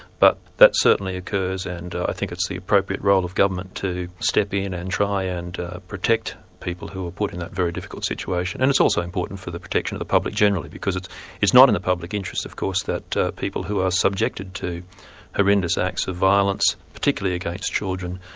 but that certainly occurs, and i think it's the appropriate role of government to step in and try and protect people who are put in that very difficult situation. and it's also important for the protection of the public generally, because it's it's not in the public interest of course that people who are subjected to horrendous acts of violence, particularly against children,